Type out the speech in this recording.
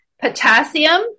potassium